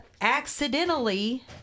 accidentally